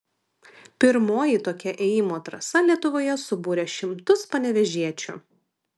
pirmoji tokia ėjimo trasa lietuvoje subūrė šimtus panevėžiečių